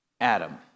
Adam